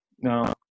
no